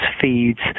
feeds